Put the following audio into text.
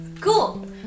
Cool